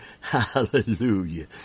Hallelujah